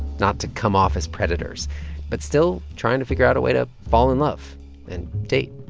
not to come off as predators but still trying to figure out a way to fall in love and date.